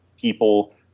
people